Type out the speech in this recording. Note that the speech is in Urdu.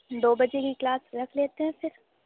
دو بجے کی کلاس رکھ لیتے ہیں پھر